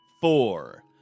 four